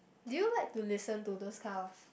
do you like to listen to those kind of